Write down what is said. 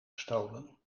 gestolen